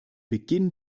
beginn